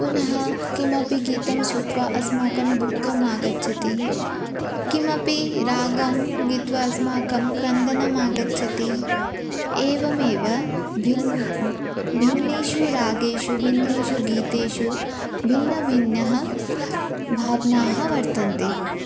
पुनः किमपि गीतं श्रुत्वा अस्माकं दुःखम् आगच्छति कमपि रागं गीत्वा अस्माकं क्रन्दनम् आगच्छति एवमेव भिन्नेषु भिन्नेषु रागेषु भिन्नेषु गीतेषु भिन्नभिन्नाः भावनाः वर्तन्ते